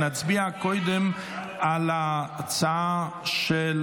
נצביע קודם בקריאה הראשונה על ההצעה של